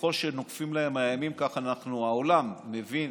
וככל שנוקפים להם הימים כך העולם מבין